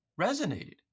resonated